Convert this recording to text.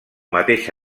mateix